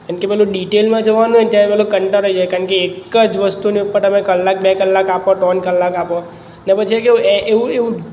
કેમકે મને ડિટેઈલમાં જવાનું હોય ને ત્યારે મતલબ કંટાળો આવી જાય કારણ કે એક જ વસ્તુની ઉપર તમે કલાક બે કલાક આપો ત્રણ કલાક આપો ને પછી એ કેવું એ એવું એવું